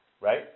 Right